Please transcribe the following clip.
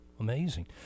Amazing